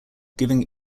giving